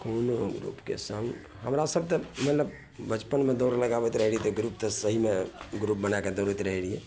कोनो ग्रुपके सङ्ग हमरासभ तऽ मानि ले बचपनमे दौड़ लगाबैत रहै रही तऽ ग्रुप तऽ सहीमे ग्रुप बनैके दौड़ैत रहै रहिए